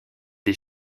des